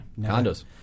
Condos